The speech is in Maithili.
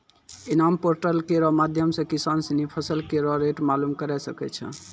इनाम पोर्टल केरो माध्यम सें किसान सिनी फसल केरो रेट मालूम करे सकै छै